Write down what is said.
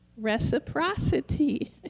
Reciprocity